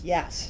Yes